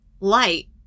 light